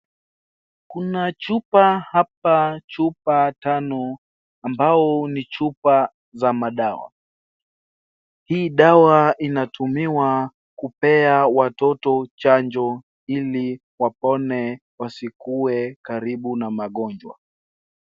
Kuna chupa hapa chupa tano ambao ni chupa za madawa hii dawa inatumiwa kupea watoto chanjo ili wapone wasikue karibu na magonjwa.